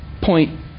point